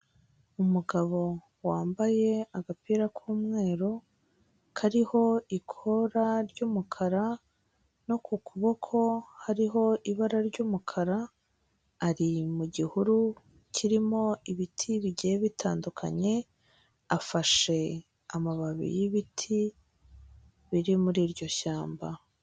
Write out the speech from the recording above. Umugabo wambaye agapira k'umweru kariho ikora ry'umukara, no ku kuboko hariho ibara ry'umukara, ari mu gihuru kirimo ibiti bigiye bitandukanye, afashe amababi y'ibiti biri muri iryo shyamba.